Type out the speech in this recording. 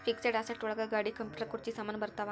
fixed asset ಒಳಗ ಗಾಡಿ computer ಕುರ್ಚಿ ಸಾಮಾನು ಬರತಾವ